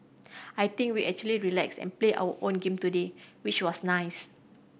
I think we actually relaxed and play our own game today which was nice